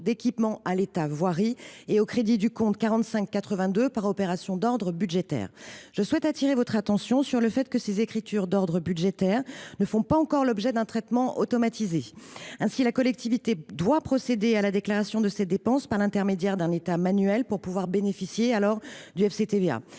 d’équipement à l’État – Voirie » et au crédit du compte 4582 par opération d’ordre budgétaire. Je souhaite attirer votre attention sur le fait que ces écritures d’ordre budgétaire ne font pas encore l’objet d’un traitement automatisé. Aussi, la collectivité doit procéder à la déclaration de cette dépense par l’intermédiaire d’un état manuel pour bénéficier du FCTVA.